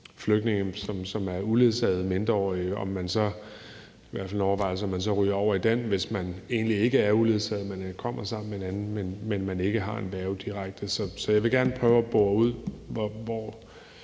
flygtninge, som er uledsagede mindreårige, i forhold til om man så ryger over i den, hvis man egentlig ikke er uledsaget, men kommer sammen med en anden, men ikke direkte har en værge. Så jeg vil gerne prøve at bore ud, hvor